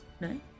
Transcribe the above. No